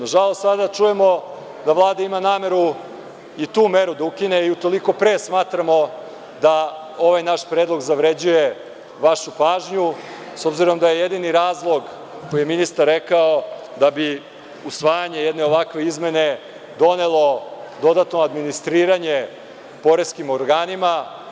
Nažalost, sada čujemo da Vlada ima nameru i tu meru da ukine i toliko pre smatramo da ovaj naš predlog zavređuje vašu pažnju s obzirom da je jedini razlog koji je ministar rekao da bi usvajanje jedne ovakve izmene donelo dodatno administriranje poreskim organima.